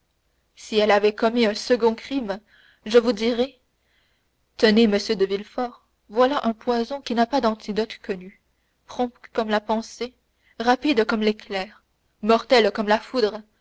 si elle avait commis un second crime je vous dirais tenez monsieur de villefort voilà un poison qui n'a pas d'antidote connu prompt comme la pensée rapide comme l'éclair mortel comme la foudre